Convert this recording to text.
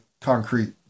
concrete